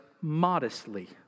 modestly